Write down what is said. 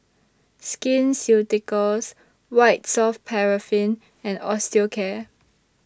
Skin Ceuticals White Soft Paraffin and Osteocare